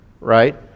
right